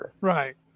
Right